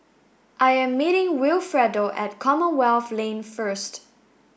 I am meeting Wilfredo at Commonwealth Lane first